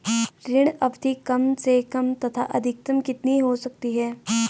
ऋण अवधि कम से कम तथा अधिकतम कितनी हो सकती है?